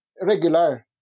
regular